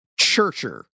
churcher